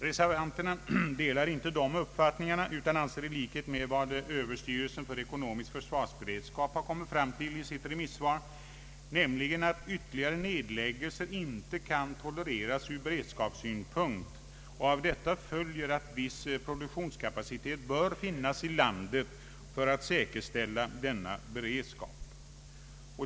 Reservanterna delar inte de uppfattningarna utan anser i likhet med vad Överstyrelsen för ekonomisk försvarsberedskap framhåller i sitt remissvar, att ytterligare nedläggningar inte kan tolereras ur beredskapssynpunkt. Av detta följer att viss produktionskapacitet bör finnas i landet för att säkerställa beredskapen.